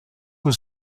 was